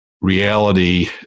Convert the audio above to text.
reality